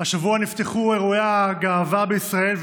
השבוע נפתחו אירועי הגאווה בישראל,